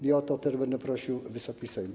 I o to też będę prosił Wysoki Sejm.